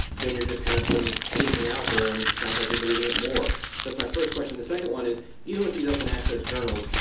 then you're just kind of putting anything out there and it sounds like you're diluting it that's my first question. the second one is even with these open access journals,